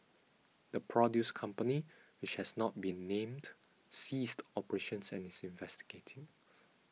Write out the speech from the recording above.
the produce company which has not been named ceased operations and is investigating